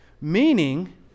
Meaning